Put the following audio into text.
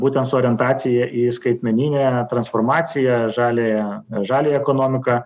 būtent su orientacija į skaitmeninę transformaciją žaliąją žaliąją ekonomiką